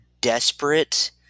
desperate